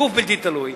גוף בלתי תלוי,